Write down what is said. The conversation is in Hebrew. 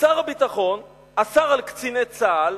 שר הביטחון אסר על קציני צה"ל